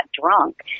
drunk